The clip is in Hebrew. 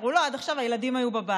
אמרו: לא, עד עכשיו הילדים היו בבית,